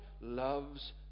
loves